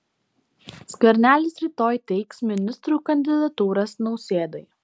skvernelis rytoj teiks ministrų kandidatūras nausėdai